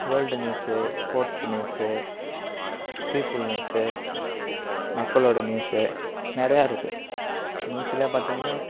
world news sports news people news மக்களோட news நிறையா இருக்கு நியூஸ்லேயே பார்த்திங்கனா